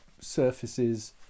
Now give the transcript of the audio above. surfaces